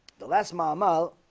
the last mama